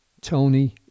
Tony